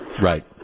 right